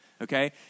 okay